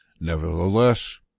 Nevertheless